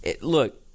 look